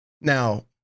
now